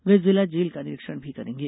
वे जिला जेल का निरीक्षण भी करेंगे